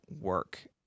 work